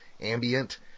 ambient